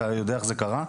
אתה יודע איך זה קרה?